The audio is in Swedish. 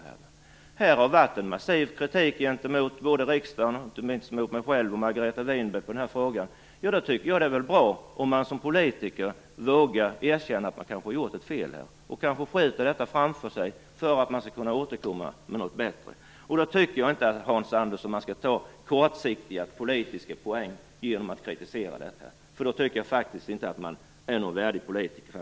I den här frågan har det varit en massiv kritik mot riksdagen, inte minst mot mig själv och Margareta Winberg. Då tycker jag att det är bra om man som politiker vågar erkänna att man kanske gjort ett fel och skjuter detta framför sig för att kunna återkomma med något bättre. Då tycker jag inte, Hans Andersson, att man skall ta kortsiktiga politiska poäng genom att kritisera detta. Då tycker jag faktiskt inte att man är någon värdig politiker.